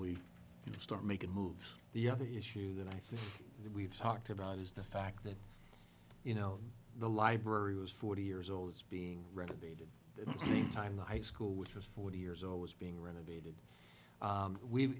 we start making moves the other issue that i think we've talked about is the fact that you know the library was forty years old it's being renovated the same time the high school which was forty years old was being renovated